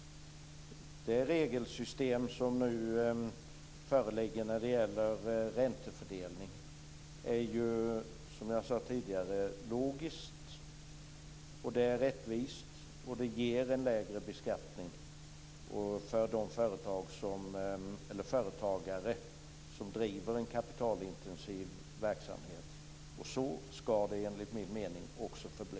Det regelsystem som nu föreligger för räntefördelning är, som jag sade tidigare, logiskt, rättvist och ger en lägre beskattning för de företagare som driver en kapitalintensiv verksamhet. Så ska det enligt min mening också förbli.